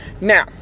Now